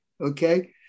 okay